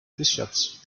bishops